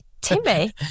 Timmy